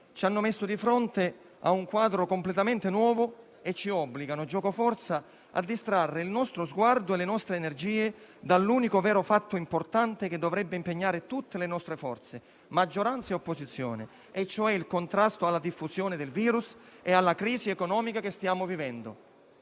ci hanno messo di fronte a un quadro completamente nuovo e ci obbligano, gioco forza, a distrarre il nostro sguardo e le nostre energie dall'unico vero fatto importante che dovrebbe impegnare tutte le nostre forze, maggioranza e opposizione, cioè il contrasto alla diffusione del virus e alla crisi economica che stiamo vivendo.